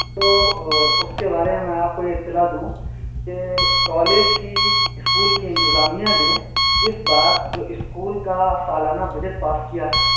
تو اس کے بارے میں میں آپ کو یہ اطلاع دوں کہ کالج کی اسکول کی انتظامیہ نے اس بار جو اسکول کا سالانہ بجٹ پاس کیا ہے